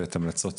ואת המלצות